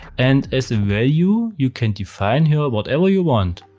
and as a value, you can define here whatever you want.